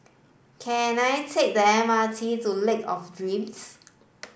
can I take the M R T to Lake of Dreams